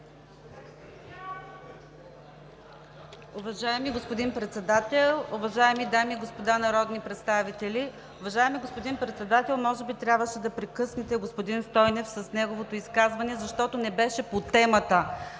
Уважаеми господин Председател, уважаеми дами и господа народни представители! Уважаеми господин Председател, може би трябваше да прекъснете господин Стойнев с неговото изказване, защото не беше по темата.